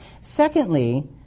Secondly